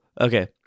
okay